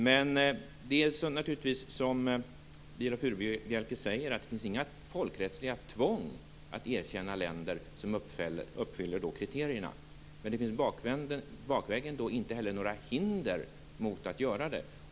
Det finns inte, som Viola Furubjelke säger, några folkrättsliga tvång att erkänna länder som uppfyller kriterierna. Men bakvägen finns det heller inga hinder mot att göra det.